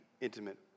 intimate